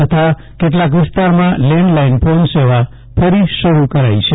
તથા કેટલાક વિસ્તારોમાં લેન્ડ લાઈન ફોન સેવા ફરી શરૂ કરાઈ છે